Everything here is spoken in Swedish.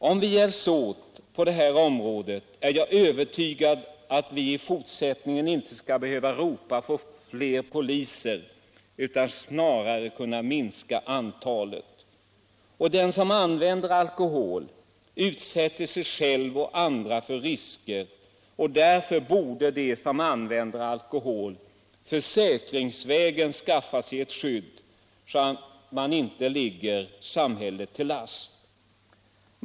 Om vi hjälps åt på det här området är jag övertygad om att vi i fortsättningen inte skall behöva ropa på fler poliser utan snarare kunna minska antalet. De som använder alkohol utsätter sig själva och andra för risker. Därför borde de som använder alkohol skaffa sig ett skydd försäkringsvägen så att de inte ligger samhället till last.